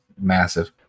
massive